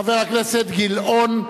חבר הכנסת גילאון,